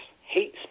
hate